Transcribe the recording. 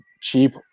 cheap